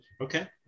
Okay